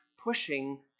pushing